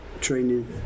training